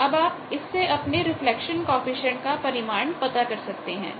अब आप इससे अपने रिफ्लेक्शन कॉएफिशिएंट का परिमाण पता कर सकते हैं